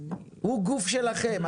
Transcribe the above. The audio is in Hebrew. הוא גוף שלכם,